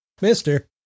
mister